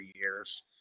years